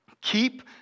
Keep